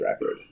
record